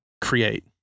create